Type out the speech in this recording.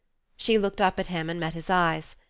she looked up at him and met his eyes.